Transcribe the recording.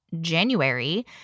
January